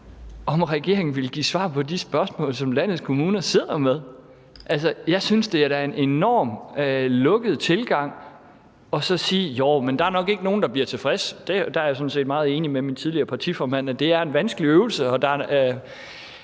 om regeringen vil give svar på de spørgsmål, som landets kommuner sidder med. Altså, jeg synes da, det er en enormt lukket tilgang at sige: Joh, men der er nok ikke nogen, der bliver tilfredse. Der er jeg sådan set meget enig med min tidligere partiformand: Det er en vanskelig øvelse,